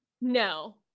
No